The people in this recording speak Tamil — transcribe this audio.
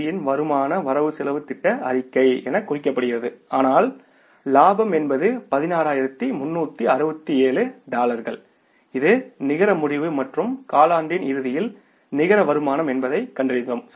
சியின் வருமான வரவுசெலவுத் திட்ட அறிக்கை என குறிக்கப்படுகிறது ஆனால் லாபம் என்பது 16367 டாலர்கள் இது நிகர முடிவு மற்றும் காலாண்டின் இறுதியில் நிகர வருமானம் என்பதைக் கண்டறிந்தோம்